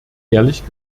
ehrlich